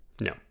no